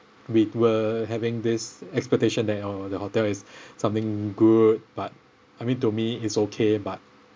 we were having this expectation that oh the hotel is something good but I mean to me is okay but